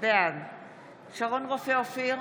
בעד שרון רופא אופיר,